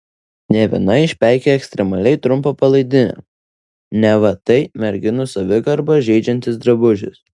ne viena išpeikė ekstremaliai trumpą palaidinę neva tai merginų savigarbą žeidžiantis drabužis